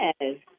Yes